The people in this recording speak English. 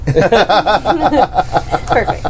Perfect